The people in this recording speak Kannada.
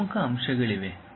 ಪ್ರಮುಖ ಅಂಶಗಳಿವೆ